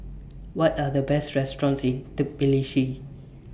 What Are The Best restaurants in Tbilisi